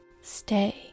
stay